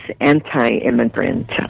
anti-immigrant